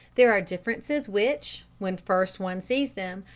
there are differences which, when first one sees them,